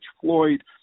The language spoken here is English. Floyd